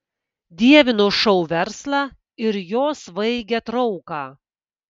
dievinu šou verslą ir jo svaigią trauką